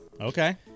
Okay